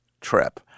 trip